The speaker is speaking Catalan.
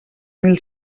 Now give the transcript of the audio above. mil